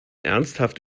ernsthaft